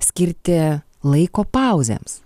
skirti laiko pauzėms